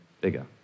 bigger